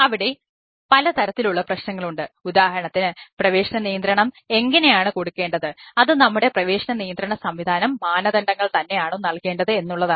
അവിടെ പല തരത്തിലുള്ള പ്രശ്നങ്ങളുണ്ട് ഉദാഹരണത്തിന് പ്രവേശന നിയന്ത്രണം എങ്ങനെയാണ് കൊടുക്കേണ്ടത് അത് നമ്മുടെ പ്രവേശന നിയന്ത്രണ സംവിധാനം മാനദണ്ഡങ്ങൾ തന്നെയാണോ നൽകേണ്ടത് എന്നുള്ളതാണ്